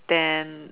then